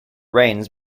rains